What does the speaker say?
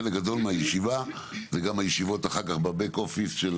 חלק גדול מהישיבה זה גם הישיבות אחר כך ב-בק אופיס של